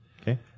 Okay